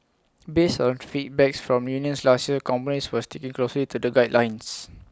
based on feedbacks from unions last year companies were sticking closely to the guidelines